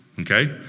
Okay